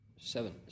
seven